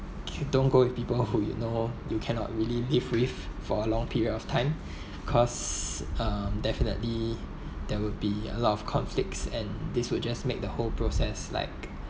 you don't go with people who you know you cannot really live with for a long period of time cause uh definitely there will be a lot of conflicts and this will just make the whole process like